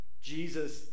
Jesus